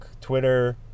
Twitter